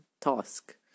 task